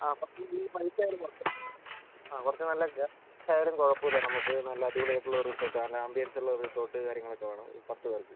ആ അപ്പം പിന്നെ ഈ പൈസ ആയാലും കുഴപ്പം ഇല്ല ആ കുറച്ച് നല്ല ക്യാഷ് ആയാലും കുഴപ്പം ഇല്ല നമുക്ക് നല്ല അടിപൊളി ആയിട്ടുള്ള ഒരു റിസോർട്ട് ആണ് ആംബിയൻസ് ഉള്ള റിസോർട്ട് കാര്യങ്ങൾ ഒക്കെ വേണം പത്ത് പേർക്ക്